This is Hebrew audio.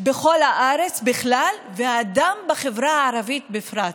בכל הארץ בכלל, והאדם בחברה הערבית בפרט.